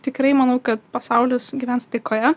tikrai manau kad pasaulis gyvens taikoje